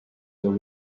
were